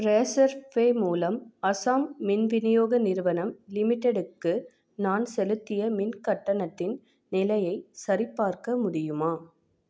Razorpay மூலம் அசாம் மின் விநியோக நிறுவனம் லிமிட்டெடுக்கு நான் செலுத்திய மின் கட்டணத்தின் நிலையைச் சரிபார்க்க முடியுமா